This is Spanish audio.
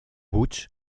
busch